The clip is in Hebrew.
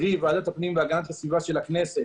קרי ועדת הפנים והגנת הסיבה של הכנסת,